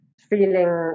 feeling